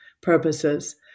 purposes